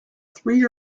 three